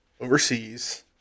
overseas